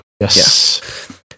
yes